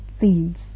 seeds